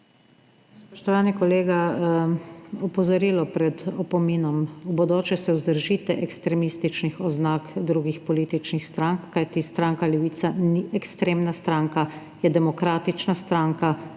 Spoštovani kolega, opozorilo pred opominom. V bodoče se vzdržite ekstremističnih oznak drugih političnih strank, kajti stranka Levica ni ekstremna stranka, je demokratična stranka,